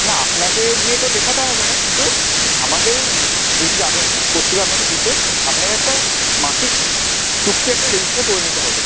না আপনাকে গিয়ে তো লেখাতে হবে না কিন্তু আমাদের যিনি যাবেন পত্রিকা আপনাকে দিতে আপনাকে একটা মাসিক চুক্তি একটা রেজিস্টারে করে নিতে হবে